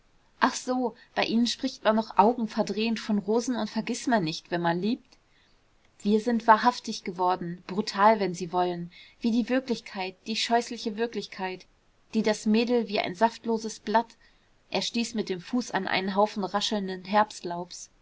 ach so bei ihnen spricht man noch augenverdrehend von rosen und vergißmeinnicht wenn man liebt wir sind wahrhaftig geworden brutal wenn sie wollen wie die wirklichkeit die scheußliche wirklichkeit die das mädel wie ein saftloses blatt er stieß mit dem fuß an einen haufen raschelnden